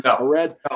red